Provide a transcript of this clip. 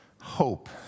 hope